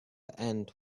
end